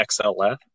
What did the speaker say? XLF